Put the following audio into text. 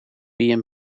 and